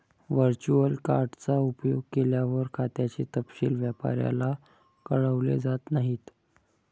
virtual card चा उपयोग केल्यावर, खात्याचे तपशील व्यापाऱ्याला कळवले जात नाहीत